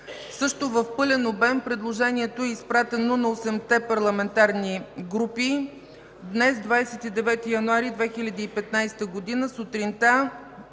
Също в пълен обем предложението е изпратено на осемте парламентарни групи днес, 29 януари 2015 г., сутринта,